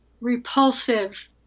repulsive